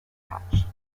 patch